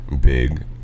big